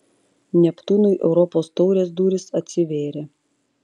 neptūnui europos taurės durys atsivėrė